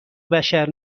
بشر